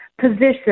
position